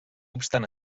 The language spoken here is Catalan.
obstant